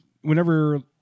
whenever